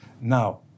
Now